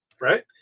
right